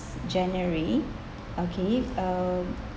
january okay um